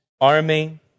army